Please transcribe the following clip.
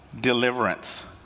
deliverance